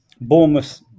Bournemouth